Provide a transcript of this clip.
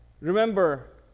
remember